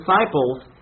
disciples